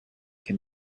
can